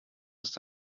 ist